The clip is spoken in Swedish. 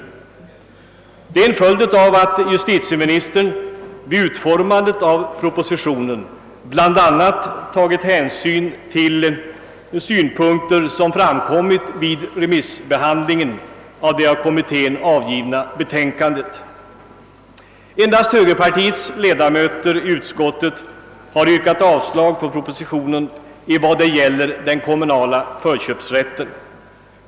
Att så blivit fallet är en följd av att justitieministern vid utformandet av propositionen tagit hänsyn till bl.a. de synpunkter som framkommit vid remissbehandlingen av kommittébetänkandet. Endast högerpartiets ledamöter har yrkat avslag på förslaget om förköpslag.